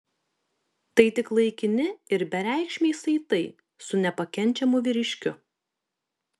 tai tik laikini ir bereikšmiai saitai su nepakenčiamu vyriškiu